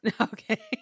Okay